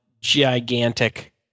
gigantic